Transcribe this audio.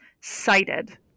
cited